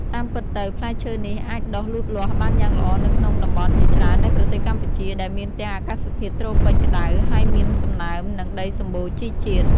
តាមពិតទៅ ផ្លែឈើនេះអាចដុះលូតលាស់បានយ៉ាងល្អនៅក្នុងតំបន់ជាច្រើននៃប្រទេសកម្ពុជា ដែលមានទាំងអាកាសធាតុត្រូពិចក្តៅហើយមានសំណើម និងដីសម្បូរជីជាតិ។